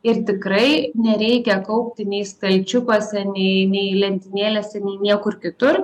ir tikrai nereikia kaupti nei stalčiukuose nei nei lentynėlėse nei niekur kitur